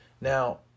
Now